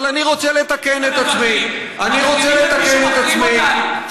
אבל אני רוצה לתקן את עצמי, מחרימים אותנו.